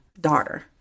daughter